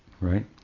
Right